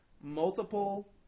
multiple